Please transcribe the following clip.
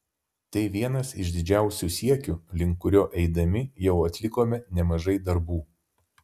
tai vienas iš didžiausių siekių link kurio eidami jau atlikome nemažai darbų